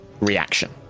Reaction